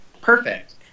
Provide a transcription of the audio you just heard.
Perfect